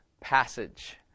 passage